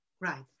Right